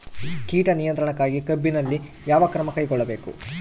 ಕೇಟ ನಿಯಂತ್ರಣಕ್ಕಾಗಿ ಕಬ್ಬಿನಲ್ಲಿ ಯಾವ ಕ್ರಮ ಕೈಗೊಳ್ಳಬೇಕು?